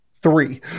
Three